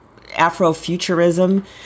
Afrofuturism